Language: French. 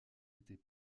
était